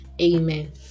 Amen